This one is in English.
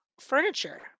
furniture